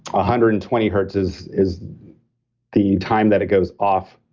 ah hundred and twenty hertz is is the time that it goes off,